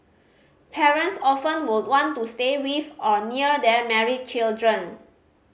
parents often would want to stay with or near their married children